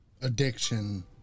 Addiction